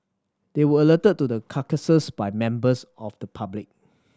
they were alerted to the carcasses by members of the public